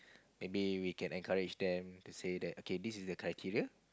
maybe we can encourage them say that okay this is the criteria